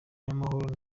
y’amahoro